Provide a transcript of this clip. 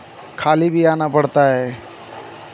खाली भी आना पड़ता है